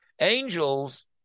Angels